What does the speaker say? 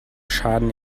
schaden